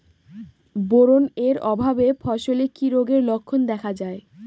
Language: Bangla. বোরন এর অভাবে ফসলে কি রোগের লক্ষণ দেখা যায়?